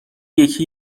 یکی